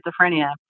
schizophrenia